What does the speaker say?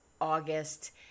August